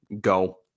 go